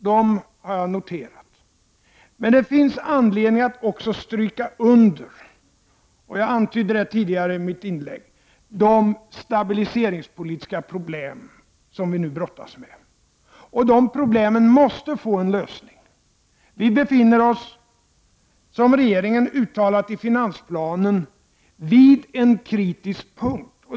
Det finns emellertid anledning att även, som jag antydde tidigare i mitt inlägg, stryka under de stabiliseringspolitiska problem som vi nu brottas med. Dessa problem måste få en lösning. Vi befinner oss, som regeringen uttalat i finansplanen, vid en kritisk punkt.